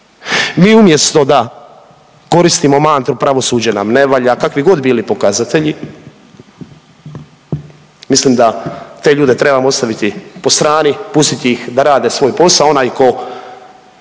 Mi umjesto da koristimo mantru pravosuđe nam ne valja, kakvi god bili pokazatelji, mislim da te ljude trebamo ostaviti postrani, pustiti ih da rade svoj posao, onaj tko